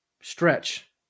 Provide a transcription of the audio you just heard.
stretch